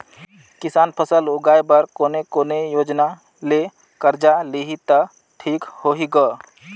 किसान फसल लगाय बर कोने कोने योजना ले कर्जा लिही त ठीक होही ग?